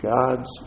God's